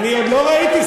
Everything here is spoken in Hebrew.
אני עוד לא ראיתי,